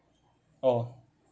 oh